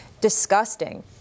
disgusting